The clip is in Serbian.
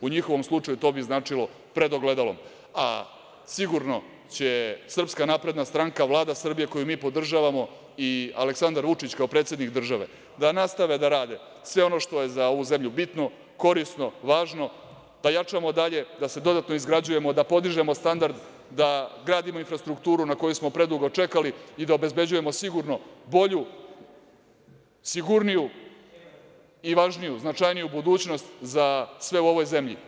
U njihovom slučaju to bi značilo pred ogledalom, a sigurno će SNS, Vlada Srbije koju mi podržavamo i Aleksandar Vučić, kao predsednik države, da nastave da rade sve ono što je za ovu zemlju bitno, korisno, važno, da jačamo dalje, da se dodatno izgrađujemo, da podižemo standard, da gradimo infrastrukturu na koju smo predugo čekali i da obezbeđujemo sigurno bolju, sigurniju i važniju, značajniju budućnost za sve u ovoj zemlji.